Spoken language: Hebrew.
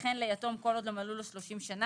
וכן ליתום כל עוד לא מלאו לו 30 שנה,